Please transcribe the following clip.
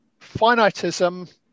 finitism